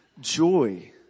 joy